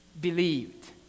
believed